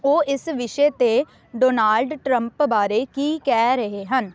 ਉਹ ਇਸ ਵਿਸ਼ੇ 'ਤੇ ਡੋਨਾਲਡ ਟਰੰਪ ਬਾਰੇ ਕੀ ਕਹਿ ਰਹੇ ਹਨ